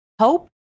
hope